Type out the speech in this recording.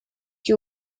you